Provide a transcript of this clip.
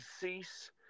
Cease